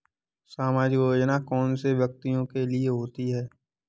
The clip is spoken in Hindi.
सामाजिक योजना कौन से व्यक्तियों के लिए होती है?